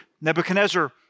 Nebuchadnezzar